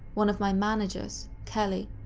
one of my managers, kelly,